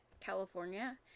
california